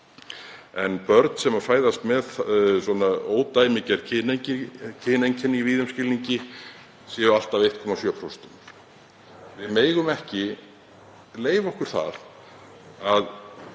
að börn sem fæðast með ódæmigerð kyneinkenni í víðum skilningi séu allt að 1,7%. Við megum ekki leyfa okkur að